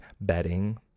bedding